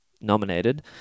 nominated